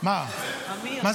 --- מה זה?